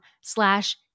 slash